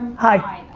hi.